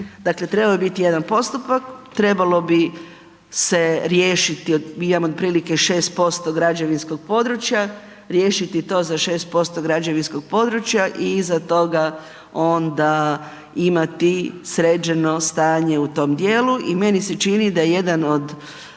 Dakle trebao bi biti jedan postupak, trebalo bi se riješiti, .../Govornik se ne razumije./... 6% građevinskog područja, riješiti to za 6% građevinskog područja i iza toga onda imati sređeno stanje u tom dijelu. I meni se čini da je jedan od